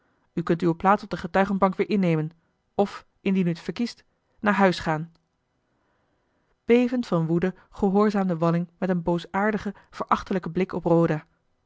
kunt uwe plaats op de getuigenbank weer innemen of indien u het verkiest naar huis gaan bevend van woede gehoorzaamde walling met een boosaardigen verachtelijken blik op roda